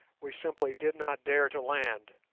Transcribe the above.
we simply did not dare to land,